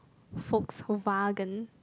Volkswagen